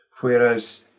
whereas